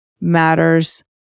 matters